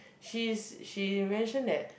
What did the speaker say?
she's she mention that